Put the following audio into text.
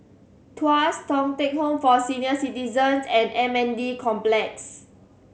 Tuas Thong Teck Home for Senior Citizens and M N D Complex